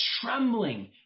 trembling